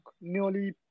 nearly